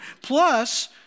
Plus